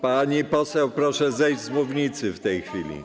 Pani poseł, proszę zejść z mównicy w tej chwili.